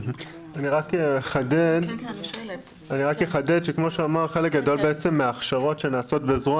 אני רק אחדד שכמו שהוא אמר חלק גדול מההכשרות שנעשות בזרוע